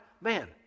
man